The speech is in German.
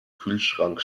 kühlschrank